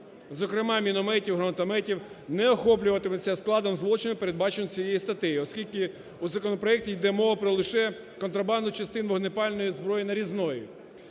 зокрема, мінометів, гранатометів, не охоплюватиметься складом злочину, передбаченого цією статтею, оскільки у законопроекті йде мова про лише контрабандну частину вогнепальної зброї нарізної.